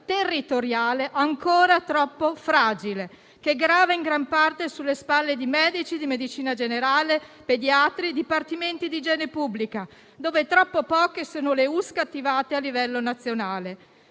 territoriale ancora troppo fragile, che grava in gran parte sulle spalle di medici di medicina generale, pediatri e dipartimenti di igiene pubblica, dove troppo poche sono le unità sanitarie